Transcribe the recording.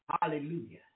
Hallelujah